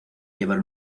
llevar